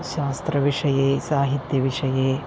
शास्त्रविषये साहित्यविषये